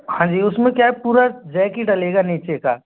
हाँ जी उसमें क्या है पूरा जैक ही डलेगा नीचे का